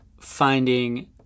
finding